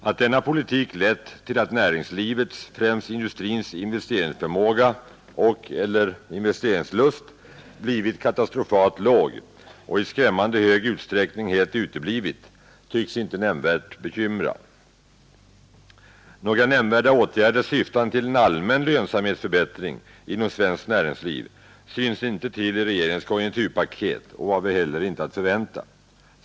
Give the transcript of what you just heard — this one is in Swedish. Att denna politik lett till att näringslivets, främst industrins, investeringsförmåga och/eller investeringslust blivit katastofalt låg och i skrämmande hög utsträckning helt uteblivit tycks inte bekymra. Några nämnvärda åtgärder syftande till allmän lönsamhetsförbättring inom svenskt näringsliv syns inte till i regeringens konjunkturpaket och var väl heller inte att förvänta.